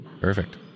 Perfect